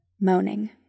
Moaning